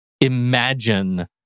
imagine